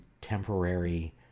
temporary